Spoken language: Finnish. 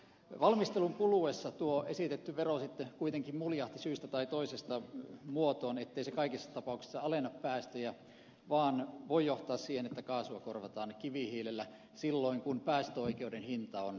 valmistelun kuluessa tuo esitetty vero sitten kuitenkin muljahti syystä tai toisesta muotoon ettei se kaikissa tapauksissa alenna päästöjä vaan voi johtaa siihen että kaasua korvataan kivihiilellä silloin kun päästöoikeuden hinta on alhainen